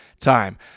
time